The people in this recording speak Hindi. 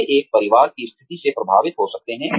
वे एक परिवार की स्थिति से प्रभावित हो सकते हैं